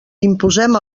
imposem